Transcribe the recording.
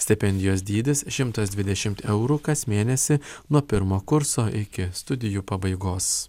stipendijos dydis šimtas dvidešimt eurų kas mėnesį nuo pirmo kurso iki studijų pabaigos